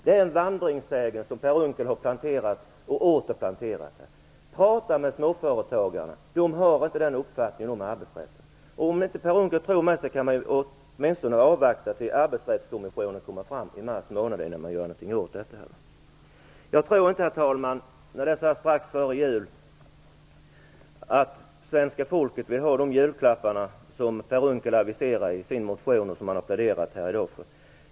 Det är en vandringssägen som Per Unckel har planterat och åter planterar här. Prata med småföretagarna! De har inte den uppfattningen om arbetsrätten. Per Unckel tror mig kanske inte, men vi kan åtminstone avvakta tills Arbetsrättskommissionen kommer fram med sitt betänkande i mars månad innan vi gör något åt detta. Herr talman! Så här strax före jul tror jag inte att svenska folket vill ha de julklappar som Per Unckel aviserar i sin motion och som han har pläderat för här i dag.